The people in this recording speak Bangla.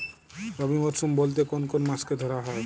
রবি মরশুম বলতে কোন কোন মাসকে ধরা হয়?